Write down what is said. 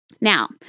Now